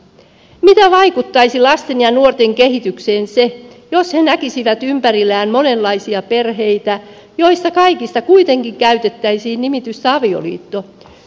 mitä vaikuttaisi lasten ja nuorten kehitykseen se jos he näkisivät ympärillään monenlaisia perheitä joista kaikista kuitenkin käytettäisiin nimitystä avioliitto